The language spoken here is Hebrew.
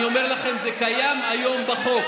אני אומר לכם שזה קיים היום בחוק.